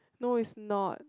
no is not